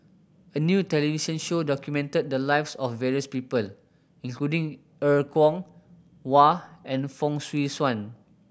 a new television show documented the lives of various people including Er Kwong Wah and Fong Swee Suan